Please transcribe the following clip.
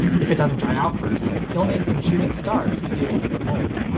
if it doesn't dry out first, you'll need some shooting stars to deal with the mold.